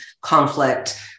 conflict